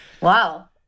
Wow